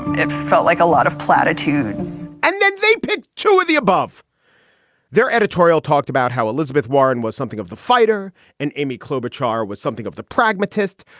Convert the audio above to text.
it felt like a lot of platitudes and then they pick two of the above their editorial talked about how elizabeth warren was something of the fighter and amy klobuchar was something of the pragmatist.